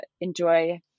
enjoy